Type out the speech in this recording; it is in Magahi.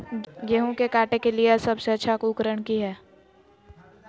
गेहूं के काटे के लिए सबसे अच्छा उकरन की है?